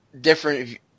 different